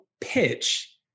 pitch